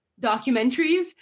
documentaries